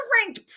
ranked